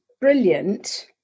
brilliant